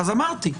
לכן אמרתי,